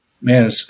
man